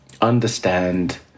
understand